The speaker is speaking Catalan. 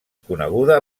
coneguda